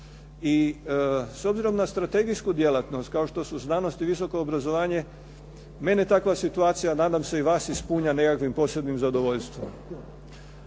I s obzirom na strategijsku djelatnost, kao što su znanost i visoko obrazovanje, mene takva situacija, nadam se i vas ispunjava nekakvim posebnim zadovoljstvom.